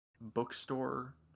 bookstore